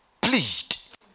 pleased